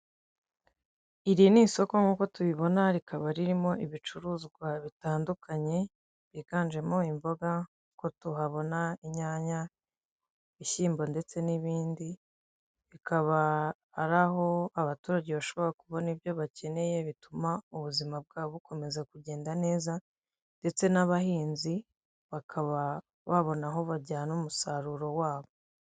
Iri ni isoko nk nkuko tubibona rikaba ririmo ibicuruzwa bitandukanye ryiganjemo imboga ko tuhabona inyanya ibishyimbo ndetse n'ibindi, bikaba ari aho abaturage bashobora kubona ibyo bakeneye bituma ubuzima bwabo bukomeza kugenda neza ndetse n'abahinzi bakaba babona aho bajyana umusaruro wabo.